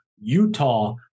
Utah